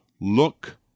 look